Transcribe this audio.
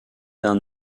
d’un